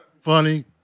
funny